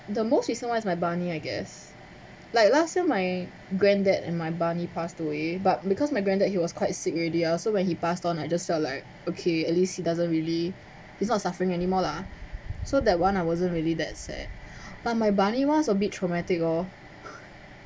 the most recent one is my bunny I guess like last year my granddad and my bunny passed away but because my granddad he was quite sick already ah so when he passed on I just felt like okay at least he doesn't really he's not suffering anymore lah so that one I wasn't really that sad but my bunny one was a bit traumatic lor